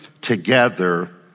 together